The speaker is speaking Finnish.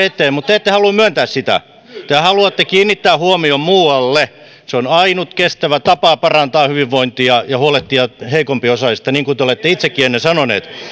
eteen mutta te ette halua myöntää sitä te haluatte kiinnittää huomion muualle se on ainut kestävä tapa parantaa hyvinvointia ja huolehtia heikompiosaisista niin kuin te olette itsekin ennen sanoneet